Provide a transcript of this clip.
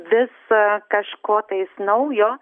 visa kažkotais naujo